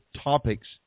topics